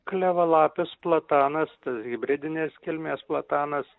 klevalapis platanas tas hibridinės kilmės platanas